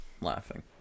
laughing